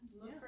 Look